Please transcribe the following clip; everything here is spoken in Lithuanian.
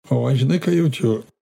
o žinai ką jaučiu